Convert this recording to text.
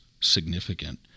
significant